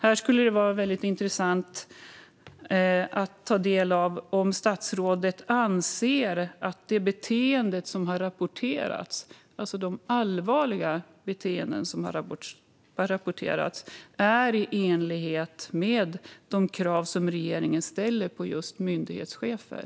Här skulle det vara väldigt intressant att ta del av om statsrådet anser att de allvarliga beteenden som har rapporterats är i enlighet med de krav som regeringen ställer på just myndighetschefer.